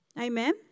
Amen